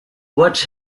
what’s